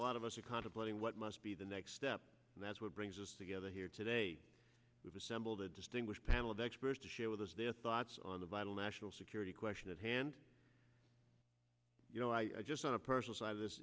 lot of us are contemplating what must be the next step and that's what brings us together here today we've assembled a distinguished panel of experts to share with us their thoughts on the vital national security question at hand you know i just on a personal side of this